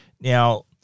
Now